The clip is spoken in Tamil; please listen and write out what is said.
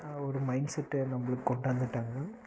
ஒரு மைண்ட் செட்டை நம்மளுக்கு கொண்டு வந்துட்டாங்க